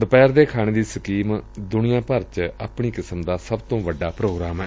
ਦੁਪਹਿਰ ਦੇ ਖਾਣੇ ਦੀ ਸਕੀਮ ਦੁਨੀਆਂ ਭਰ ਚ ਆਪਣੀ ਕਿਸਮ ਦਾ ਸਭ ਤੋ ਵੱਡਾ ਪ੍ਰੋਗਰਾਮ ਏ